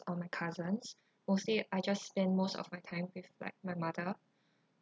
or my cousins mostly I just spend most of my time with like my mother